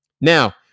Now